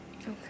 Okay